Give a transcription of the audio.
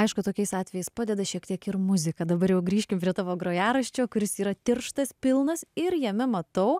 aišku tokiais atvejais padeda šiek tiek ir muzika dabar jau grįžkime prie tavo grojaraščio kuris yra tirštas pilnas ir jame matau